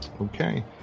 Okay